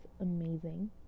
amazing